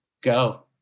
go